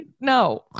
No